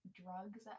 drugs